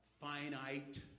finite